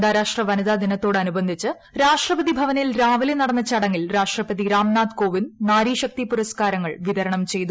അന്താരാഷ്ട്ര വനിതാദിനത്തോടനുബന്ധിച്ച് രാഷ്ട്രപതി ഭവനിൽ രാവിലെ നടന്ന ചടങ്ങിൽ രാഷ്ട്രപതി രാംനാഥ് കോവിന്ദ് നാരീശക്തി പൂരസ്കാരങ്ങൾ വിതരണം ചെയ്തു